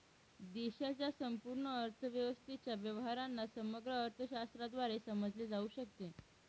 देशाच्या संपूर्ण अर्थव्यवस्थेच्या व्यवहारांना समग्र अर्थशास्त्राद्वारे समजले जाऊ शकते